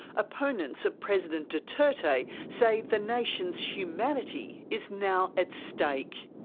opponents of president duterte say the nation's humanity is now at stake.